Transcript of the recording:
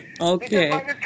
okay